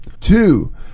Two